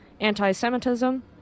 anti-Semitism